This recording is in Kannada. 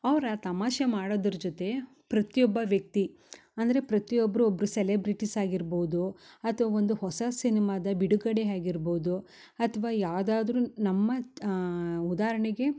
ಅವ್ರ ಆ ತಮಾಷೆ ಮಾಡೊದ್ರ ಜೊತೆ ಪ್ರತಿಯೊಬ್ಬ ವ್ಯಕ್ತಿ ಅಂದರೆ ಪ್ರತಿಯೊಬ್ಬರು ಒಬ್ರ ಸೆಲೆಬ್ರಿಟೀಸ್ ಆಗಿರ್ಬೌದು ಅಥ್ವ ಒಂದು ಹೊಸ ಸಿನಿಮಾದ ಬಿಡುಗಡೆ ಆಗಿರ್ಬೌದು ಅಥ್ವ ಯಾವ್ದಾದರು ನಮ್ಮ ಉದಾಹರ್ಣೆಗೆ